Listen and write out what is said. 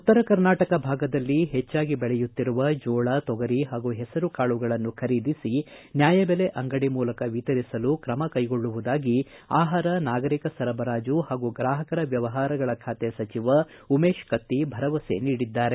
ಉತ್ತರಕರ್ನಾಟಕ ಭಾಗದಲ್ಲಿ ಹೆಚ್ಚಾಗಿ ಬೆಳೆಯುತ್ತಿರುವ ಜೋಳ ತೊಗರಿ ಹಾಗೂ ಹೆಸರು ಕಾಳುಗಳನ್ನು ಖರೀದಿಸಿ ನ್ಯಾಯಬೆಲೆ ಅಂಗಡಿ ಮೂಲಕ ವಿತರಿಸಲು ಕ್ರಮಕ್ಕೆಗೊಳ್ಳುವುದಾಗಿ ಆಹಾರ ನಾಗರಿಕ ಸರಬರಾಜು ಹಾಗೂ ಗ್ರಾಹಕರ ವ್ಯವಹಾರಗಳ ಖಾತೆ ಸಚಿವ ಉಮೇತ್ ಕತ್ತಿ ಭರವಸೆ ನೀಡಿದ್ದಾರೆ